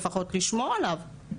לפחות לשמור עליו.